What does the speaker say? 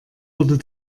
wurde